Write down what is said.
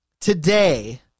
today